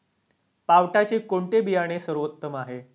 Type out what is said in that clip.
पावट्याचे कोणते बियाणे सर्वोत्तम आहे?